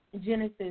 Genesis